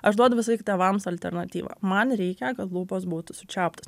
aš duodu visąlaik tėvams alternatyvą man reikia kad lūpos būtų sučiauptos